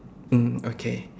mm okay